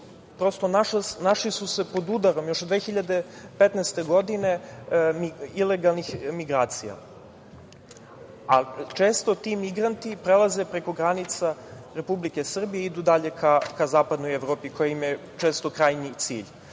prosto našla su se pod udarom još od 2015. godine ilegalnih migracija. Često ti migranti prelaze preko granica Republike Srbije i idu dalje ka zapadnoj Evropi koja im je često krajnji cilj.Među